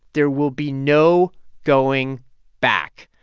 there will be no going back.